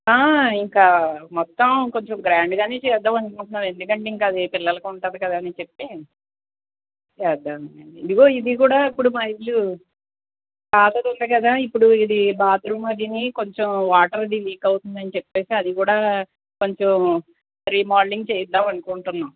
ఇంకా మొత్తం కొంచెం గ్రాండ్గా చేద్దాం అనుకుంటున్నాం ఎందుకంటే ఇంక అది పిల్లలకు ఉంటుంది కదా అని చెప్పి చేద్దాం అని అండి ఇదిగో ఇది కూడా ఇప్పుడు మా ఇల్లు పాతది ఉంది కదా ఇప్పుడు ఇది బాత్రూమ్ అది కొంచెం వాటర్ అది లీక్ అవుతుందని చెప్పి అది కూడా కొంచెం రీమోడలింగ్ చేయిద్దాం అనుకుంటున్నాం